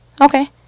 Okay